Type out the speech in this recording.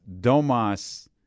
Domas